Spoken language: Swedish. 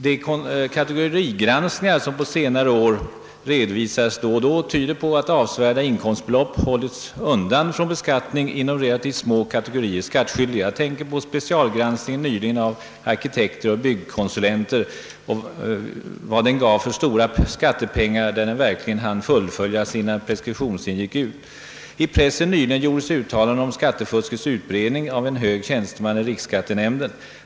De kategorigranskningar som på senare år redovisats då och då tyder på att avsevärda inkomstbelopp undanhålles från beskattning inom relativt små kategorier skattskyldiga. Jag tänker på specialgranskningen av arkitekter och byggkonsulter och de stora skattepengar den gav i de fall där den verkligen hann fullföljas innan preskriptionstiden gick ut. I pressen gjordes nyligen uttalanden om skattefuskets utbredning av en hög tjänsteman i riksskattenämnden.